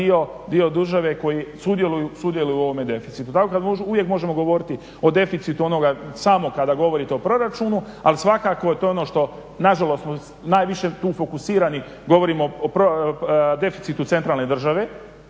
dio države koji sudjeluju u ovome deficitu. Tako uvijek možemo govoriti o deficitu onoga samog kada govorite o proračunu, ali svakako je to ono što na žalost smo najviše tu fokusirani govorimo o deficitu centralne države